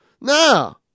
No